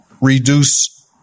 reduce